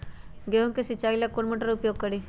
गेंहू के सिंचाई ला कौन मोटर उपयोग करी?